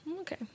Okay